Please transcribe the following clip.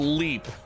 leap